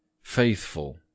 Faithful